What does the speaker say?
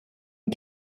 une